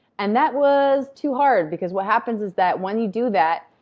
and that was too hard because what happens is that when you do that,